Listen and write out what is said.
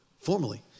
formally